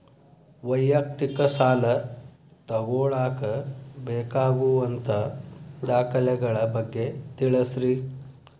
ವೈಯಕ್ತಿಕ ಸಾಲ ತಗೋಳಾಕ ಬೇಕಾಗುವಂಥ ದಾಖಲೆಗಳ ಬಗ್ಗೆ ತಿಳಸ್ರಿ